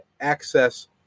access